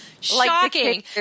shocking